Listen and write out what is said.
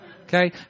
Okay